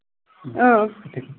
اۭں